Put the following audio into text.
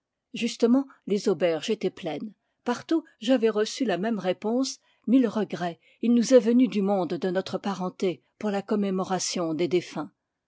justement les auberges étaient pleines partout j'avais reçu la même réponse mille regrets il nous est venu du monde de notre parenté pour la commémoration des défunts